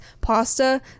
pasta